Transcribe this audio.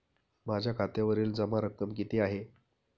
माझ्या खात्यावरील जमा रक्कम किती आहे?